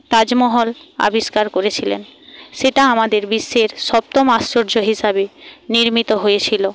তাজমহল আবিষ্কার করেছিলেন সেটা আমাদের বিশ্বের সপ্তম আশ্চর্য হিসাবে নির্মিত হয়েছিল